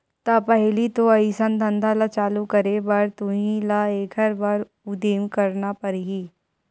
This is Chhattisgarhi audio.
त पहिली तो अइसन धंधा ल चालू करे बर तुही ल एखर बर उदिम करना परही